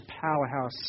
powerhouse